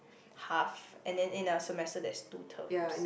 half and then in a semester there's two terms